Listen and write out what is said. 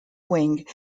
wing